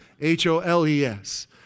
H-O-L-E-S